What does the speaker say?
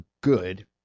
good